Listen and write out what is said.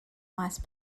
mice